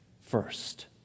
first